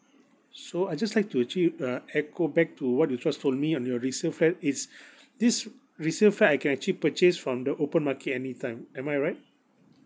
so I just like to actually uh echo back to what you just told me on your resale flat is this resale flat I can actually purchase from the open market anytime am I right